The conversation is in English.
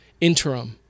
interim